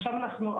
עכשיו אנחנו,